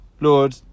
Lord